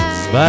Bye